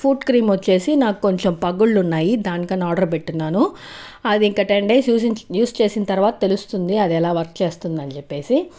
foot cream వచ్చేసి నాకు కొంచెం పగుళ్లున్నాయి దానికని ఆర్డర్ పెట్టిన్నాను అది ఇక టెన్ డేస్ యూజ్ చేసిన తర్వాత తెలుస్తుంది అది ఎలా వర్క్ చేస్తుంది అని చెప్పేసి